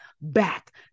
back